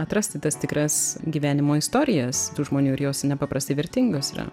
atrasti tas tikras gyvenimo istorijas žmonių ir jos nepaprastai vertingas yra